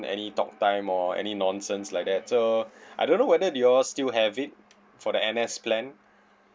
any talk time or any nonsense like that so I don't know whether do you all still have it for the N_S plan